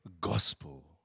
gospel